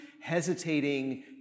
hesitating